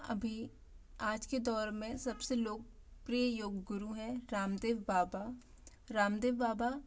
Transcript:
अभी आज के दौर में सबसे लोकप्रिय योग गुरु है रामदेव बाबा रामदेव बाबा